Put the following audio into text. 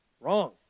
Wrong